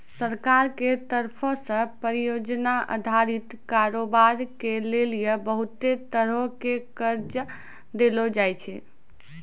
सरकार के तरफो से परियोजना अधारित कारोबार के लेली बहुते तरहो के कर्जा देलो जाय छै